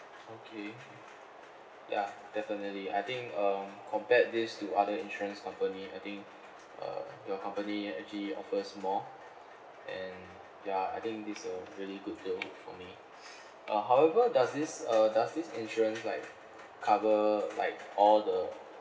okay ya definitely I think um compared this to other insurance company I think uh your company actually offers more and ya I think it's a really good flow for me uh however does this uh does this insurance like cover like all the